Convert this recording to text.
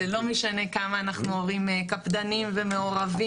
זה לא משנה כמה אנחנו הורים קפדנים ומעורבים,